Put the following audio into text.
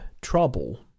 trouble